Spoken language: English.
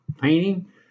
painting